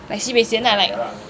like sibeh sian ah like